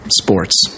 sports